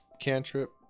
cantrip